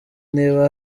niba